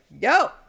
Yo